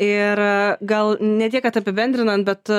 ir gal ne tiek kad apibendrinant bet